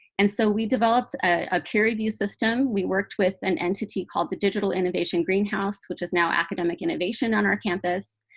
and so we developed a peer review system. we worked with an entity called the digital innovation greenhouse, which is now academic innovation on our campus.